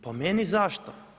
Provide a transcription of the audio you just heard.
Po meni zašto?